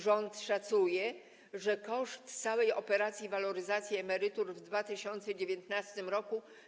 Rząd szacuje, że koszt całej operacji waloryzacji emerytur w 2019 r.